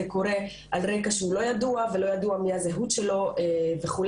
קורה על רקע שהוא לא ידוע ולא ידוע מי הזהות שלו וכו'.